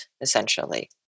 essentially